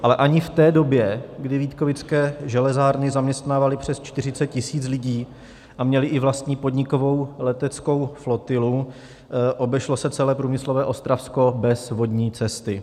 Ale ani v té době, kdy Vítkovické železárny zaměstnávaly přes 40 tisíc lidí a měly i vlastní podnikovou leteckou flotilu, obešlo se celé průmyslové Ostravsko bez vodní cesty.